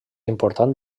important